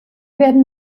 werden